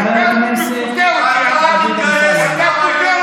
חבר הכנסת דוד אמסלם.